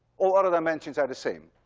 all other dimensions are the same.